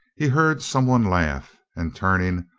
he heard some one laugh, and turning,